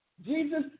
Jesus